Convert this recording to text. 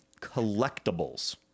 Collectibles